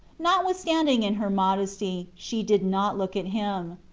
notwithstanding, in her modesty she did not look at him.